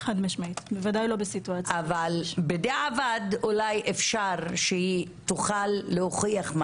אבל בדיעבד אולי אפשר שהיא תוכל להוכיח מה